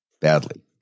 badly